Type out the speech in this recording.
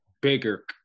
bigger